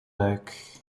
luik